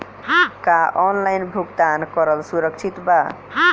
का ऑनलाइन भुगतान करल सुरक्षित बा?